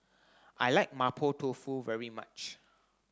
I like mapo tofu very much